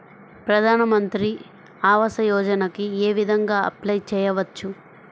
ప్రధాన మంత్రి ఆవాసయోజనకి ఏ విధంగా అప్లే చెయ్యవచ్చు?